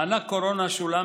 מענק קורונה שולם,